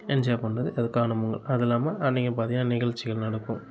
enjoy பண்ணது அது காணும் பொங்கல் அது இல்லாமல் அன்னைக்கி பார்த்திங்கன்னா நிகழ்ச்சிகள் நடக்கும்